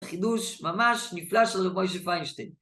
חידוש ממש נפלא של רבוי שפיינשטיין